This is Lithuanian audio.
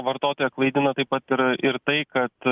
vartotoją klaidina taip pat ir ir tai kad